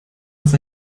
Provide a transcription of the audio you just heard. das